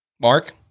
Mark